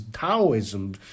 Taoism